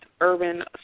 urban